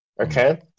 Okay